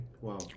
wow